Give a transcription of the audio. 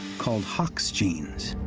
called hox genes.